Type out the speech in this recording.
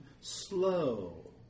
slow